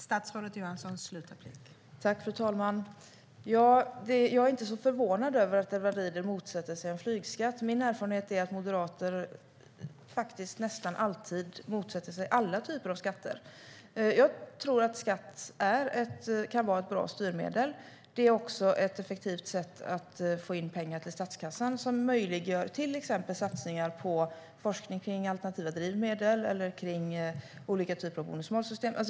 Fru talman! Jag är inte så förvånad över att Edward Riedl motsätter sig en flygskatt. Min erfarenhet är att moderater nästan alltid motsätter sig alla typer av skatter. Jag tror att skatt kan vara ett bra styrmedel. Det är också ett effektivt sätt att få in pengar till statskassan som gör det möjligt med satsningar på forskning om alternativa drivmedel eller olika typer av bonus-malus-system.